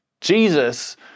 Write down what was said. Jesus